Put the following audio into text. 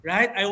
Right